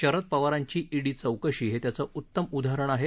शरद पवारांची ईडी चौकशी हे त्याचं उत्तम उदाहरण आहे